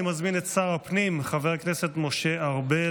אני מזמין את שר הפנים חבר הכנסת משה ארבל